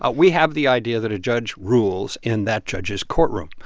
ah we have the idea that a judge rules in that judge's courtroom,